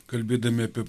kalbėdami apie